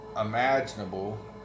imaginable